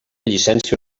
llicència